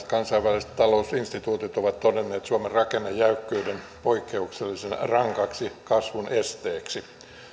kansainväliset talousinstituutit ovat todenneet suomen rakennejäykkyyden poikkeuksellisen rankaksi kasvun esteeksi